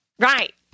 Right